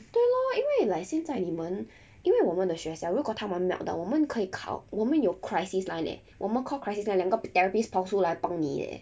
对 lor 因为 like 现在你们因为我们的学校如果他们 meltdown 我们可以考我们有 crisis line eh 我们 call crisis line 两个 therapist 跑出来帮你 leh